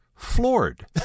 floored